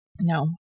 No